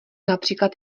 například